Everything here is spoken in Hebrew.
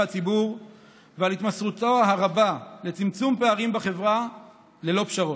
הציבור ועל התמסרותו הרבה לצמצום פערים בחברה ללא פשרות.